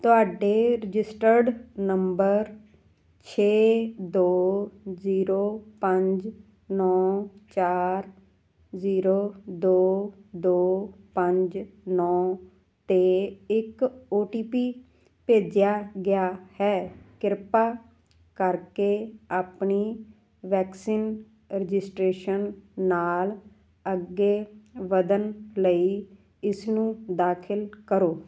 ਤੁਹਾਡੇ registered number ਛੇ ਦੋ ਜ਼ੀਰੋ ਪੰਜ ਨੌਂ ਚਾਰ ਜ਼ੀਰੋ ਦੋ ਦੋ ਪੰਜ ਨੌਂ 'ਤੇ ਇੱਕ ਓ ਟੀ ਪੀ ਭੇਜਿਆ ਗਿਆ ਹੈ ਕਿਰਪਾ ਕਰਕੇ ਆਪਣੀ ਵੈਕਸੀਨ ਰਜਿਸਟ੍ਰੇਸ਼ਨ ਨਾਲ ਅੱਗੇ ਵਧਣ ਲਈ ਇਸਨੂੰ ਦਾਖਲ ਕਰੋ